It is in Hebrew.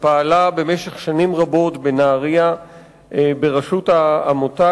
שפעלה במשך שנים רבות בנהרייה בראשות העמותה